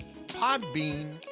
Podbean